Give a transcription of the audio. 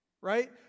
right